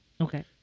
Okay